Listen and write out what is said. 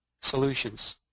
solutions